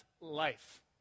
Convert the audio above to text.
life